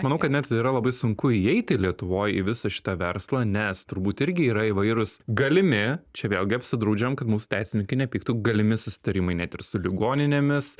manau kad net yra labai sunku įeiti lietuvoj į visą šitą verslą nes turbūt irgi yra įvairūs galimi čia vėlgi apsidraudžiam kad mūsų teisininkai nepyktų galimi susitarimai net ir su ligoninėmis